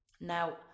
Now